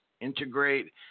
integrate